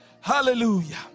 hallelujah